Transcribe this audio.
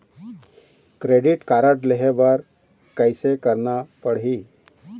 Credit card लेहे बर कैसे करना पड़ही?